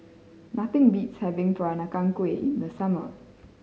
nothing beats having Peranakan Kueh in the summer